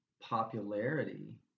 popularity